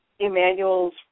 Emmanuel's